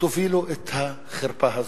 תובילו את החרפה הזאת?